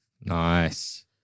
Nice